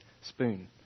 spoon